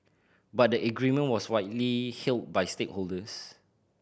but the agreement was widely hailed by stakeholders